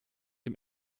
dem